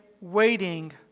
waiting